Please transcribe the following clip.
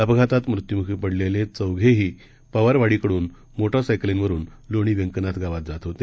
अपघातातमृत्युमुखीपडलेलेचौघेहीपवारवाडीकडूनमोटारसायकलवरूनलोणीव्यंकनाथगावातजातहोते